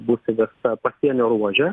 bus įvesta pasienio ruože